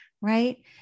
Right